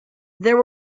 there